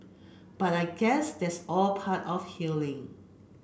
but I guess that's all part of healing